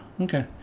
Okay